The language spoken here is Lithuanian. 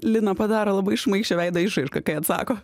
lina padaro labai šmaikščią veido išraišką kai atsako